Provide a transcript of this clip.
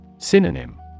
Synonym